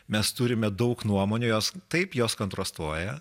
mes turime daug nuomonių jos taip jos kontrastuoja